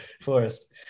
forest